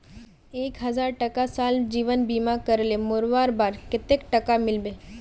एक हजार टका साल जीवन बीमा करले मोरवार बाद कतेक टका मिलबे?